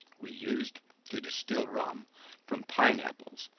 we used to distil rum from pine apples,